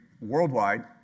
worldwide